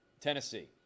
Tennessee